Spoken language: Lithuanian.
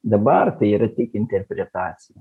dabar tai yra tik interpretacija